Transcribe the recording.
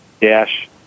dash